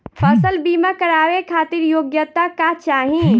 फसल बीमा करावे खातिर योग्यता का चाही?